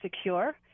secure